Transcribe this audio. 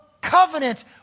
covenant